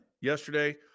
Yesterday